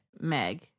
Meg